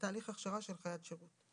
בתהליך הכשרה של חיית שירות."